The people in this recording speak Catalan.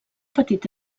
petit